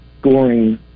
scoring